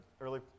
early